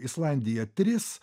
islandija tris